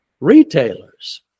retailers